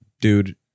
dude